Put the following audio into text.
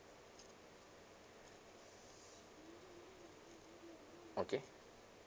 okay